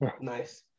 Nice